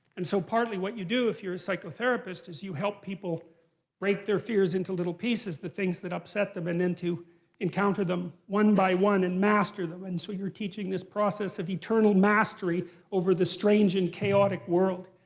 and so partly, what you do, if you're a psychotherapist, is you help people break their fears into little pieces, the things that upset them, and then to encounter them one by one and master them. and so you're teaching this process of eternal mastery over the strange and chaotic world.